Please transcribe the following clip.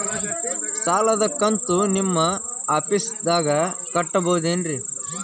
ಸಾಲದ ಕಂತು ನಿಮ್ಮ ಆಫೇಸ್ದಾಗ ಕಟ್ಟಬಹುದೇನ್ರಿ?